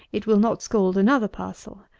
it will not scald another parcel.